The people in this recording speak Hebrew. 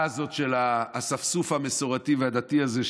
הזאת של האספסוף המסורתי והדתי הזה,